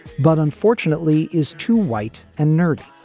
but unfortunately is too white and nerdy.